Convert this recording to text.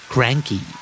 Cranky